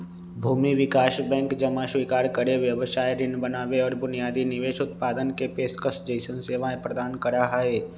भूमि विकास बैंक जमा स्वीकार करे, व्यवसाय ऋण बनावे और बुनियादी निवेश उत्पादन के पेशकश जैसन सेवाएं प्रदान करा हई